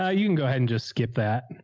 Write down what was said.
ah you can go ahead and just skip that.